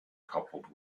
coupled